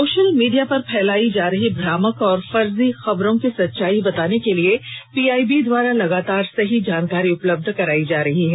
social media पर फैलाई जा रही भ्रामक और फर्जी खबरों की सच्चाई बताने के लिए पीआईबी द्वारा लगातार सही जानकारी उपलब्ध कराई जा रही है